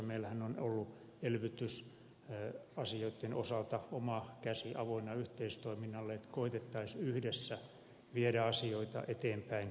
meillähän on ollut elvytysasioitten osalta oma käsi avoinna yhteistoiminnalle että koetettaisiin yhdessä viedä asioita eteenpäin